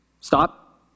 stop